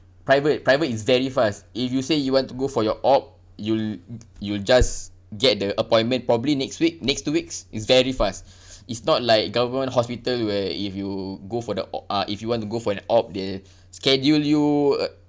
private private is very fast if you say you want to go for your op you'll you'll just get the appointment probably next week next two weeks is very fast is not like government hospital where if you go for the o~ uh if you want to go for an op they schedule you uh